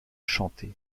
chanter